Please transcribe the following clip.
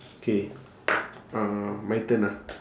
K uh my turn ah